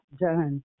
done